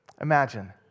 Imagine